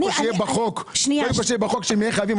קודם כל שיהיה בחוק שהם חייבים.